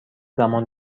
زمان